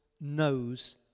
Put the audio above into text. knows